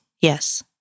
yes